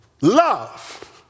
love